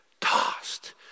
Tossed